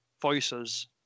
voices